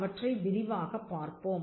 அவற்றை விரிவாக பார்ப்போம்